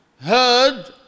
heard